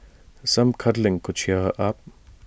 some cuddling could cheer her up